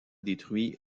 détruit